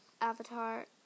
Avatar